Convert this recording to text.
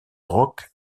rock